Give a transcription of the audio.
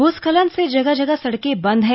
भूस्खलन से जगह जगह सड़कें बंद हैं